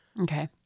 Okay